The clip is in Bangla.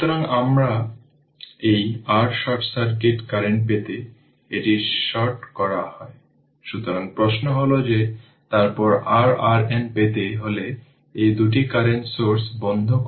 সুতরাং RL সার্কিটের সময় কনস্ট্যান্ট হল LR যেখানে ক্যাপাসিটরের জন্য এটি হল R C